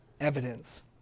evidence